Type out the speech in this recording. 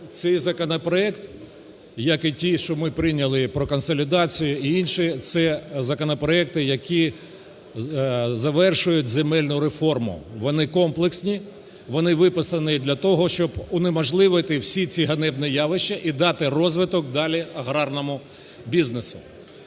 цей законопроект, як і ті, що ми прийняли про консолідацію і інші, – це законопроекти, які завершують земельну реформу. Вони комплексні, вони виписані для того, щоб унеможливити всі ці ганебні явища і дати розвиток далі аграрному бізнесу.